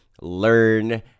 learn